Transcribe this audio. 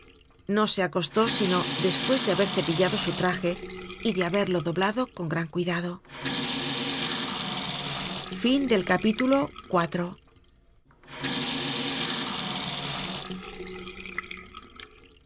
no se acostó sino despues de haber cepillado su traje y de haberlo doblado con gran cuidado